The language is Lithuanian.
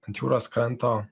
ant jūros kranto